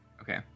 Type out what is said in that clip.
Okay